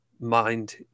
mind